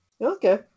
Okay